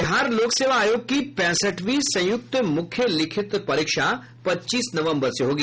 बिहार लोक सेवा आयोग की पैंसठवीं संयुक्त मुख्य लिखित परीक्षा पच्चीस नवम्बर से होगी